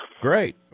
Great